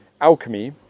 Alchemy